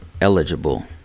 Eligible